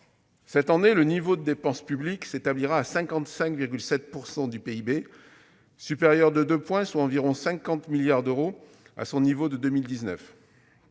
Cette année, le niveau de dépenses publiques s'établira à 55,7 % du PIB, supérieur de 2 points, soit environ 50 milliards d'euros, à son niveau de 2019.